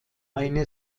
eine